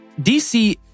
DC